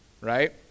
Right